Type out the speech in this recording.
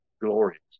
Glorious